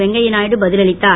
வெங்கையாநாயுடு பதிலளித்தார்